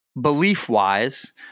belief-wise